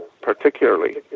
particularly